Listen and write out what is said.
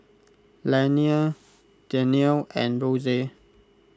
Lanie Danielle and Rose